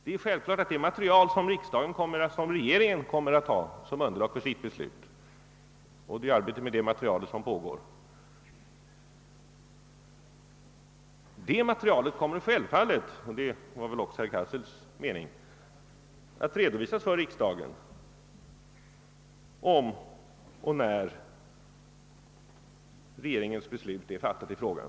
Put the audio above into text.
Det material som regeringen kommer att ha som underlag för sitt beslut — det är arbetet med det materialet som nu pågår — skall självfallet redovisas för riksdagen, när regeringen har fattat sitt beslut i frågan.